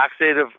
oxidative